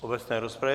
V obecné rozpravě.